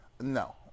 No